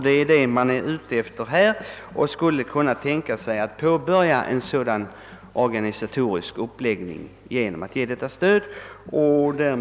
Det är det man är ute efter här och man skulle kunna tänka sig att påbörja en sådan organisatorisk uppläggning om man får detta stöd. Herr talman!